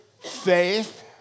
faith